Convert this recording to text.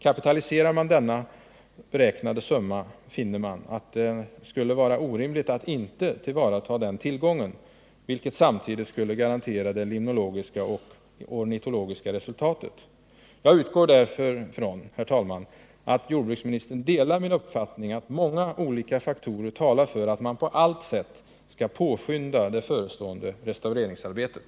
Kapitaliserar man den beräknade summan, finner man att det skulle vara orimligt att inte tillvarata den tillgången. En sådan åtgärd skulle samtidigt garantera det limnologiska och ornitologiska resultatet. Jag utgår från, herr talman, att jordbruksministern delar min uppfattning att många olika faktorer talar för att man på allt sätt skall påskynda det förestående restaureringsarbetet.